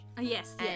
yes